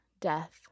death